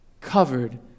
covered